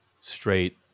straight